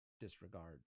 disregard